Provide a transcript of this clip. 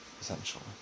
Essentially